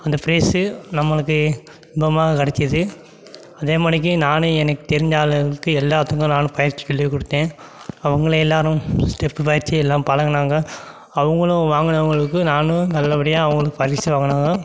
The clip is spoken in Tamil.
அந்த ப்ரைஸு நம்மளுக்கு இன்பமாக கிடைச்சிது அதே மாரிக்கே நானும் எனக்கு தெரிஞ்ச ஆளுங்களுக்கு எல்லாத்துக்கும் நானும் பயிற்சி சொல்லிக் கொடுத்தேன் அவங்களே எல்லாேரும் ஸ்டெப்பு பயிற்சி எல்லாம் பழகுனாங்க அவங்களும் வாங்குனவர்களுக்கு நானும் நல்லபடியாக அவங்களும் பரிசு வாங்கினாங்க